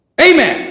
Amen